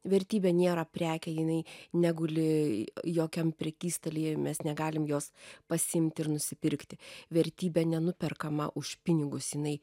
vertybė nėra prekė jinai neguli jokiam prekystalyje mes negalim jos pasiimti ir nusipirkti vertybė nenuperkama už pinigus jinai